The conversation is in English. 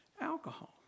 alcohol